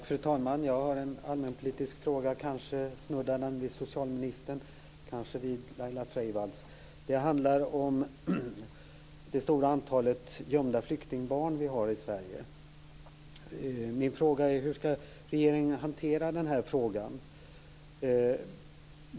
Fru talman! Jag har en allmänpolitisk fråga. Kanske snuddar den vid socialministern, kanske vid Laila Freivalds. Den handlar om det stora antal gömda flyktingbarn vi har i Sverige. Min fråga är: Hur ska regeringen hantera den här frågan?